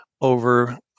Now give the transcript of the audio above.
over